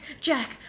Jack